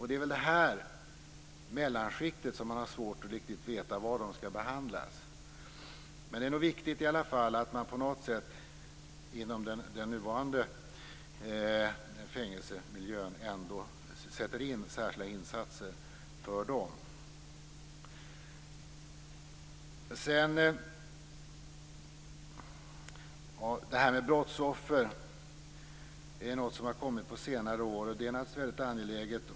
Det är väl i fråga om personerna i det här mellanskiktet som man har svårt att veta var de skall behandlas. Men det är nog viktigt att man på något sätt inom den nuvarande fängelsemiljön sätter in särskilda insatser för dem. Det här med brottsoffer är något som har kommit på senare år. Det är naturligtvis väldigt angeläget.